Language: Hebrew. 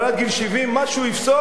אבל עד גיל 70 מה שהוא יפסוק,